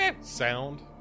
sound